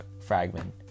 fragment